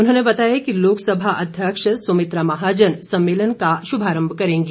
उन्होंने बताया कि लोकसभा अध्यक्ष सुमित्रा महाजन सम्मेलन का शुभारम्भ करेंगी